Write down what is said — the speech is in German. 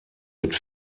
mit